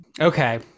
okay